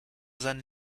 seinen